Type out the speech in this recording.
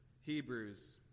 Hebrews